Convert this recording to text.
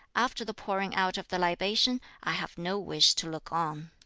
after the pouring out of the libation, i have no wish to look on